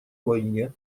войне